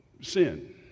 sin